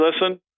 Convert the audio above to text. listen